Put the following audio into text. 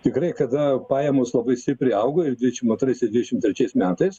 tikrai kada pajamos labai stipriai augo ir dvidešimt antrais ir dvidešimt trečiais metais